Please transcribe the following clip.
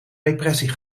depressie